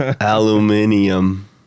Aluminium